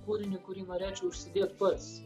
kūrinį kurį norėčiau užsidėt pats